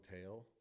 tail